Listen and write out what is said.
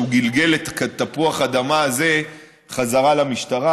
גלגל את תפוח האדמה הזה חזרה למשטרה.